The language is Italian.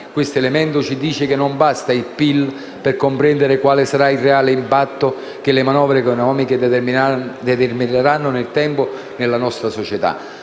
che ci dice che non basta il PIL per comprendere quale sarà il reale impatto che le manovre economiche determineranno nel tempo e nella nostra società,